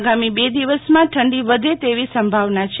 આગામી બે દિવસ માં ઠંડી વધે તેવી સંભાવના છે